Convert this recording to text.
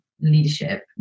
leadership